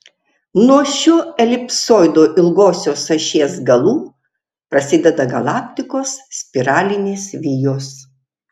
nuo šio elipsoido ilgosios ašies galų prasideda galaktikos spiralinės vijos